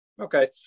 Okay